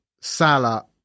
salah